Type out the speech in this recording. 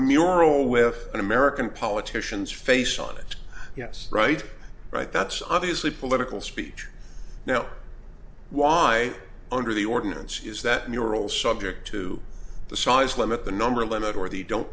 mural with an american politicians face on it yes right right that's obviously political speech now why under the ordinance is that neural subject to the size limit the number limit or the don't